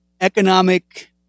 economic